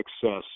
success